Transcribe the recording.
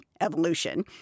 evolution